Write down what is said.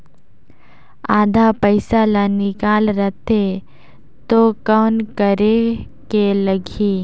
आधा पइसा ला निकाल रतें तो कौन करेके लगही?